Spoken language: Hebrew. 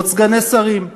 עוד סגני שרים,